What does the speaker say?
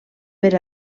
per